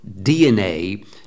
DNA